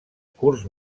curs